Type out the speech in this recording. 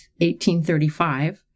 1835